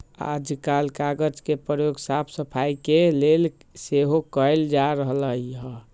याजकाल कागज के प्रयोग साफ सफाई के लेल सेहो कएल जा रहल हइ